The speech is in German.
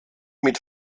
mit